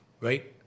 right